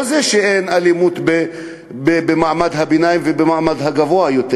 לא שאין אלימות במעמד הביניים ובמעמד הגבוה יותר,